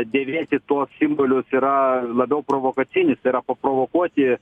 dėvėti tuos simbolius yra labiau provokacinis tai yra paprovokuoti